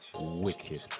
wicked